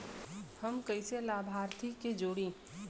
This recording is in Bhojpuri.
हम कइसे लाभार्थी के जोड़ी?